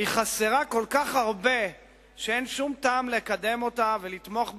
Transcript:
חסרה כל כך הרבה שאין שום טעם לקדם אותה ולתמוך בה,